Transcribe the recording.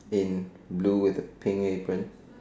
in blue with a pink apron